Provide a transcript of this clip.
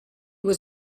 was